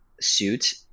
suit